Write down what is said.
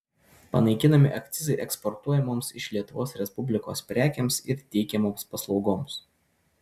panaikinami akcizai eksportuojamoms iš lietuvos respublikos prekėms ir teikiamoms paslaugoms